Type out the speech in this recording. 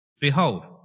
Behold